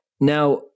Now